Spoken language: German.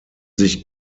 sich